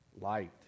light